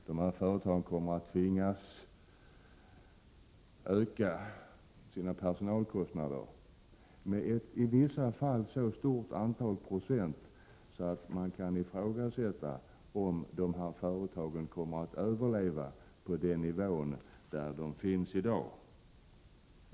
Dessa företag kommer på detta sätt att tvingas öka sina personalkostnader med ett i vissa fall så stort antal procent att det kan ifrågasättas om dessa företag kommer att kunna existera på samma nivå som i dag.